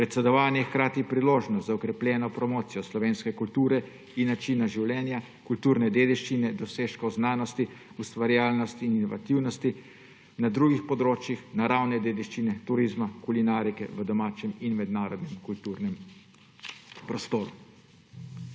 Predsedovanje je hkrati priložnost za okrepljeno promocijo slovenske kulture in načina življenja, kulturne dediščine, dosežkov znanosti, ustvarjalnosti in inovativnosti na drugih področjih naravne dediščine, turizma, kulinarike v domačem in mednarodnem kulturnem prostoru.